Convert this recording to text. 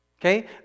okay